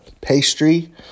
pastry